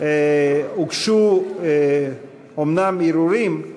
הוגשו אומנם ערעורים,